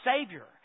Savior